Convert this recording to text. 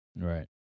Right